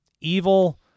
evil